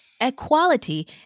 equality